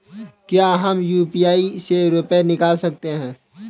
क्या हम यू.पी.आई से रुपये निकाल सकते हैं?